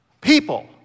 People